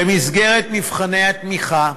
במסגרת מבחני התמיכה,